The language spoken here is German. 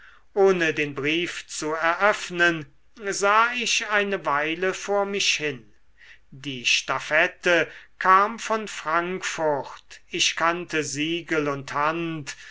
ohne den brief zu eröffnen sah ich eine weile vor mich hin die stafette kam von frankfurt ich kannte siegel und hand